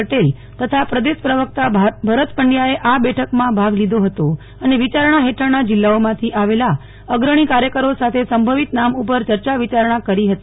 પટેલ તથા પ્રદેશ પ્રવકતા ભરત પંડ્યા એ આ બેઠક માં ભાગ લીધો હતો અને વિચારણા હેઠળ ના જિલ્લાઓ માથી આવેલા અગ્રણી કાર્યકરો સાથે સંભવિત નામ ઉપર ચર્ચા વિયારણા કરી હતી